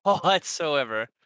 whatsoever